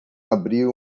abrir